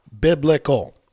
Biblical